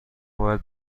باید